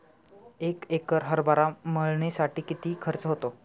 एक एकर हरभरा मळणीसाठी किती खर्च होतो?